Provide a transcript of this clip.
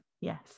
yes